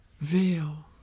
veil